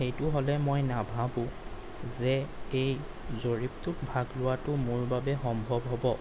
সেইটো হ'লে মই নাভাবোঁ যে এই জৰীপটোত ভাগ লোৱাটো মোৰ বাবে সম্ভৱ হ'ব